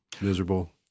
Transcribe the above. miserable